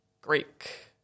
Greek